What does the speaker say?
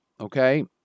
okay